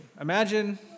Imagine